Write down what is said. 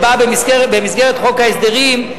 שבאה במסגרת חוק ההסדרים,